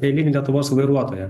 eilinį lietuvos vairuotoją